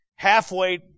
Halfway